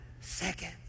second